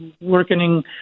working